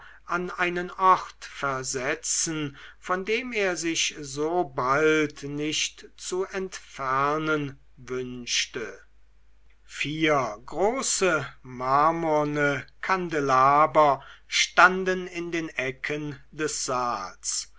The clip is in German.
an einen ort versetzen von dem er sich so bald nicht zu entfernen wünschte vier große marmorne kandelaber standen in den ecken des saals